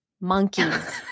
monkeys